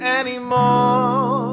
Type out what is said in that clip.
anymore